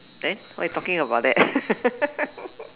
then why you talking about that